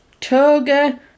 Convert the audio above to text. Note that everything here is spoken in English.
toga